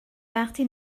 وقتی